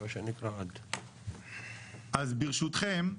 אז ברשותכם,